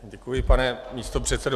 Děkuji, pane místopředsedo.